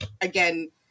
again –